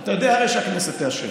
אתה הרי יודע שהכנסת תאשר,